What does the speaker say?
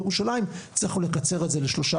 בירושלים זה יכול לקצר את זה לשלושה,